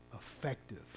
effective